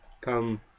come